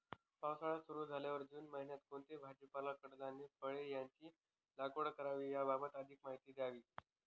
पावसाळा सुरु झाल्यावर जून महिन्यात कोणता भाजीपाला, कडधान्य, फळे यांची लागवड करावी याबाबत अधिक माहिती द्यावी?